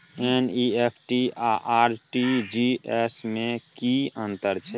NEFT आ RTGS में की अन्तर छै?